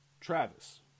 Travis